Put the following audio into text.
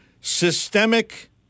systemic